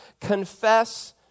confess